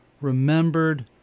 remembered